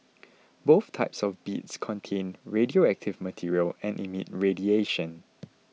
both types of beads contain radioactive material and emit radiation